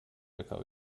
lkw